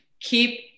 keep